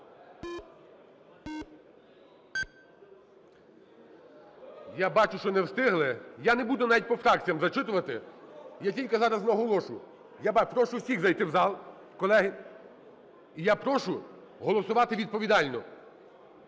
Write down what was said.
Я бачу, що не встигли. Я не буду навіть по фракціям зачитувати, я тільки зараз наголошу. Я прошу всіх зайти в зал, колеги. І я прошу голосувати відповідально.